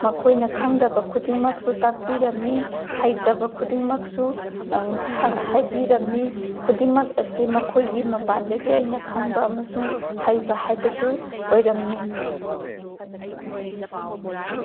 ꯃꯈꯣꯏꯅ ꯈꯪꯗꯕ ꯈꯨꯗꯤꯡꯃꯛꯁꯨ ꯇꯥꯛꯄꯤꯔꯝꯃꯤ ꯍꯩꯇꯕ ꯈꯨꯗꯤꯡꯃꯛꯁꯨ ꯍꯥꯏꯕꯤꯔꯝꯃꯤ ꯈꯨꯗꯤꯡꯃꯛ ꯑꯁꯤ ꯃꯈꯣꯏꯒꯤ ꯃꯄꯥꯟꯗꯒꯤ ꯑꯩꯅ ꯈꯪꯕ ꯑꯃꯁꯨꯡ ꯍꯩꯕ ꯍꯥꯏꯕꯗꯨ ꯑꯣꯏꯔꯝꯃꯤ